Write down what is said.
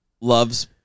loves